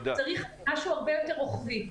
צריך משהו הרבה יותר רוחבי.